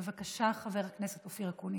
בבקשה, חבר הכנסת אופיר אקוניס.